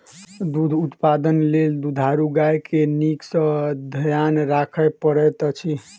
दूध उत्पादन लेल दुधारू गाय के नीक सॅ ध्यान राखय पड़ैत अछि